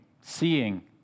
seeing